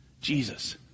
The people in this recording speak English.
Jesus